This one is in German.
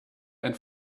ein